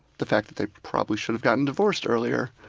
the fact that they probably should have gotten divorced earlier.